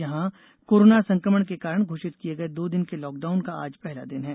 यहां कोरोना संक्रमण के कारण घोषित किये गये दो दिन के लॉकडाउन का आज पहला दिन है